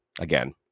again